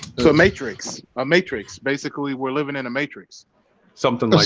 so matrix a matrix basically we're living in a matrix something like